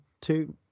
two